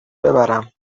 ببرم